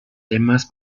temas